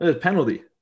Penalty